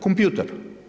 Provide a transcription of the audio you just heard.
Kompjutor.